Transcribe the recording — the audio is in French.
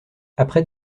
après